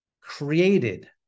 created